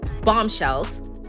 bombshells